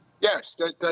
Yes